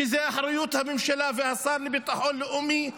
שזה אחריות הממשלה והשר לביטחון לאומי,